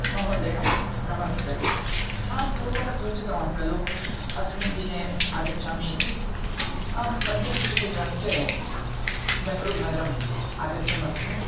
महोदय नमस्ते अहं पूर्वं सूचितवान् खलु अस्मिन् दिने आगच्छामि इति अहं पञ्चविंशतिदिनाङ्के बेङ्गलूर् नगरम् आगच्छन् अस्मि